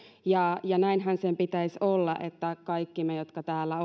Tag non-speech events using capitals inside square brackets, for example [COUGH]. ja ja näinhän sen pitäisi olla että kaikki me jotka täällä [UNINTELLIGIBLE]